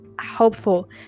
helpful